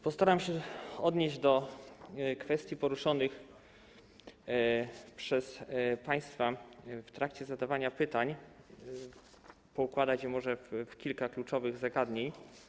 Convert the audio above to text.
Postaram się odnieść do kwestii poruszonych przez państwa w trakcie zadawania pytań i poukładać je może w kilka kluczowych zagadnień.